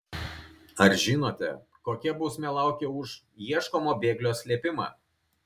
ar žinote kokia bausmė laukia už ieškomo bėglio slėpimą